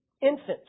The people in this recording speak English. infants